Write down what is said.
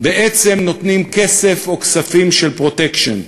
בעצם נותנים כסף או כספים של "פרוטקשן".